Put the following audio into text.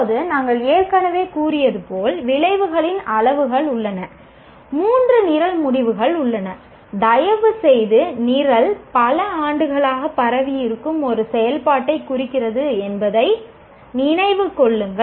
இப்போது நாங்கள் ஏற்கனவே கூறியது போல் விளைவுகளின் அளவுகள் உள்ளன 3 நிரல் முடிவுகள் உள்ளன தயவுசெய்து நிரல் பல ஆண்டுகளாக பரவியிருக்கும் ஒரு செயல்பாட்டைக் குறிக்கிறது என்பதை நினைவில் கொள்க